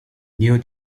knew